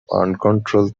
uncontrolled